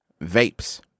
vapes